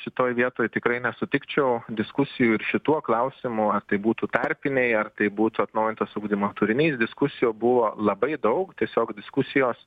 šitoj vietoj tikrai nesutikčiau diskusijų ir šituo klausimu ar tai būtų tarpiniai ar tai būtų atnaujintas ugdymo turinys diskusijų buvo labai daug tiesiog diskusijos